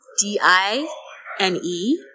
D-I-N-E